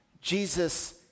Jesus